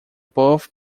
both